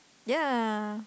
ya